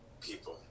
people